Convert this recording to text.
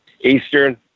Eastern